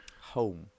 Home